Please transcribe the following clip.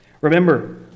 Remember